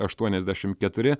aštuoniasdešimt keturi